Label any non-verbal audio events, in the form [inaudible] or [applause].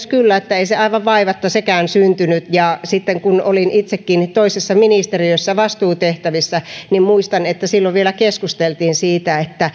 [unintelligible] kyllä myös että ei sekään aivan vaivatta syntynyt ja kun olin itsekin toisessa ministeriössä vastuutehtävissä niin muistan että silloin vielä keskusteltiin siitä